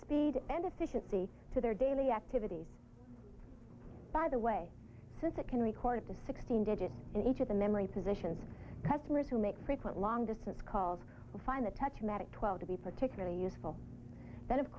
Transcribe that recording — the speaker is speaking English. speed and efficiency to their daily activity by the way since it can record the sixteen digit in each of the memory positions customers who make frequent long distance calls and find the touch matic twelve to be particularly useful that of